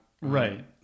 right